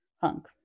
hunk